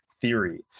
theory